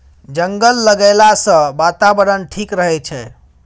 जंगल लगैला सँ बातावरण ठीक रहै छै